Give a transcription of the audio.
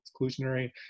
exclusionary